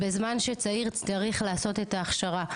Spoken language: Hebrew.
בזמן שצעיר צריך לעשות את ההכשרה,